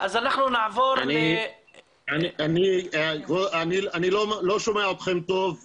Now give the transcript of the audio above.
אני לא שומע אתכם טוב,